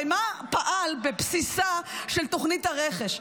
הרי מה פעל בבסיסה של תוכנית הרכש?